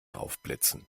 aufblitzen